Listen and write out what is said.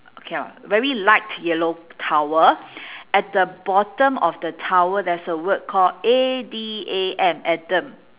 okay very light yellow towel at the bottom of the towel there's a word called A D A M adam